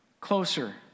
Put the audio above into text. closer